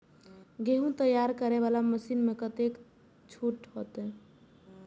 गेहूं तैयारी करे वाला मशीन में कतेक छूट होते?